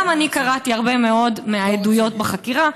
גם אני קראתי הרבה מאוד מהעדויות בחקירה,